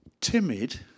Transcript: timid